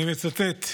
אני מצטט: